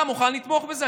אתה מוכן לתמוך בזה?